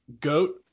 goat